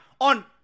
on